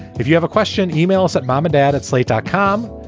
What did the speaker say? if you have a question. email us at mom, dad at slate dot com.